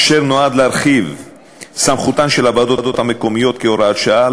אשר נועד להרחיב סמכותן של הוועדות המקומיות כהוראת שעה,